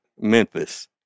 Memphis